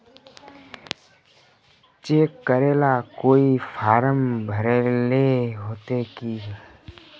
Cheque करेला कोई form भरेले होते की?